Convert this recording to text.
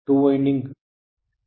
TW ಎಂದರೆ two winding